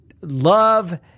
love